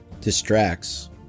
Distracts